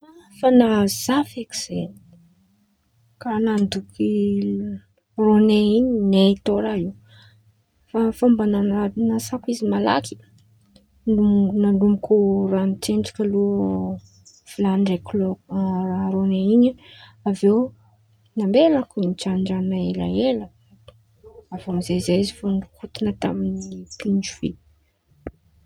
Efa nahazo za feky zen̈y karàha mandoky ron̈ay in̈y n̈ay tao raha io. Fa fômba nanasako izy malaky lomo-nalomoko ran̈o tsendriky alôha vilan̈y ndraiky lôko-ron̈ay in̈y avy eo nambelako nijan̈onjan̈o elaela avy eo amizay izy vô norokoton̈o taminy pinjo vy.